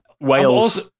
Wales